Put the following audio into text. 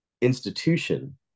institution